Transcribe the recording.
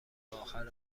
آخر